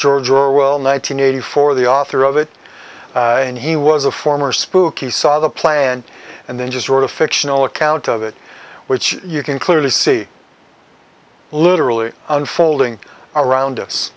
george orwell nine hundred eighty four the author of it and he was a former spooky saw the plan and then just wrote a fictional account of it which you can clearly see literally unfolding around